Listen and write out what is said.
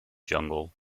jungle